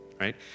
Right